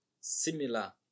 Similar